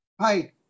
Hi